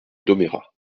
domérat